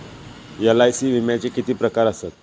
LIC विम्याचे किती प्रकार आसत?